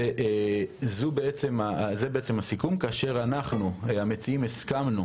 זה בעצם הסיכום כאשר אנחנו, המציעים, הסכמנו